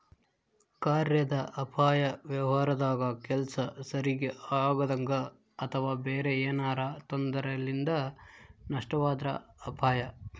ಕಾರ್ಯಾದ ಅಪಾಯ ವ್ಯವಹಾರದಾಗ ಕೆಲ್ಸ ಸರಿಗಿ ಆಗದಂಗ ಅಥವಾ ಬೇರೆ ಏನಾರಾ ತೊಂದರೆಲಿಂದ ನಷ್ಟವಾದ್ರ ಅಪಾಯ